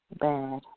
bad